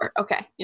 Okay